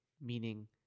meaning